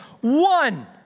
One